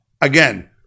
again